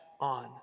on